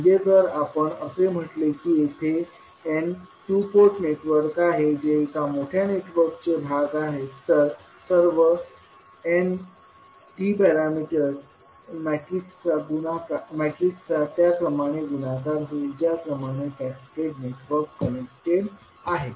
म्हणजे जर आपण असे म्हटले की येथे n टू पोर्ट नेटवर्क आहेत जे एका मोठ्या नेटवर्कचे भाग आहेत तर सर्व n T पॅरामीटर मॅट्रिक्सचा त्या क्रमाने गुणाकार होईल ज्याक्रमाने कॅस्केड नेटवर्क कनेक्ट आहेत